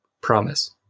promise